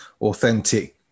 authentic